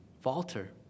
falter